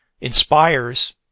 inspires